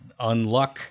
unluck